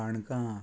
काणका